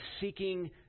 seeking